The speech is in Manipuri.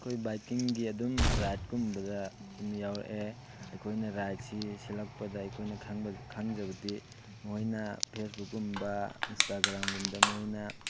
ꯑꯩꯈꯣꯏ ꯕꯥꯏꯀꯤꯡꯒꯤ ꯑꯗꯨꯝ ꯔꯥꯏꯗꯀꯨꯝꯕꯗ ꯑꯗꯨꯝ ꯌꯥꯎꯔꯛꯑꯦ ꯑꯩꯈꯣꯏꯅ ꯔꯥꯏꯗꯁꯤ ꯁꯤꯜꯂꯛꯄꯗ ꯑꯩꯈꯣꯏꯅ ꯈꯪꯕ ꯈꯪꯖꯕꯗꯤ ꯃꯣꯏꯅ ꯐꯦꯁꯕꯨꯛꯀꯨꯝꯕ ꯏꯟꯁꯇꯥꯒ꯭ꯔꯥꯝꯒꯨꯝꯕꯗ ꯃꯣꯏꯅ